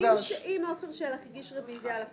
אם עפר שלח הגיש רביזיה על הכול,